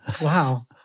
Wow